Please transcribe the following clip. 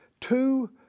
two